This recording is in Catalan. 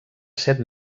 set